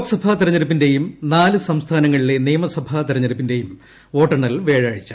ലോക്സഭാ തെരഞ്ഞെടുപ്പിന്റെയും നാല് സംസ്ഥാനങ്ങളിലെ നിയമസഭാ തെരഞ്ഞെടുപ്പിന്റെയും വോട്ടെണ്ണൽ വ്യാഴാഴ്ച